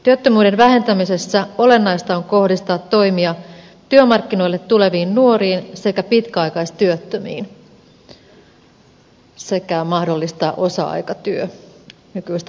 työttömyyden vähentämisessä olennaista on kohdistaa toimia työmarkkinoille tuleviin nuoriin sekä pitkäaikaistyöttömiin sekä mahdollistaa osa aikatyö nykyistä paremmin